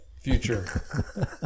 future